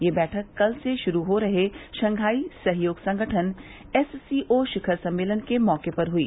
ये बैठक कल से शुरू हो रहे शंघाई सहयोग संगठन एससीओ शिखर सम्मेलन के मौके पर हुई